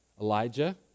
Elijah